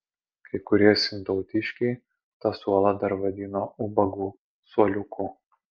kai kurie sintautiškiai tą suolą dar vadino ubagų suoliuku